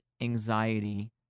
anxiety